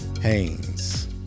Haynes